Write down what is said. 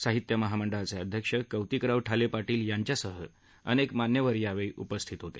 साहित्य महामंडळाचे अध्यक्ष कौतिकराव ठाले पाटील यांच्यासह अनेक मान्यवर यावेळी उपस्थित होते